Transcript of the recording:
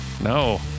No